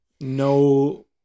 no